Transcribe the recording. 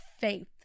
faith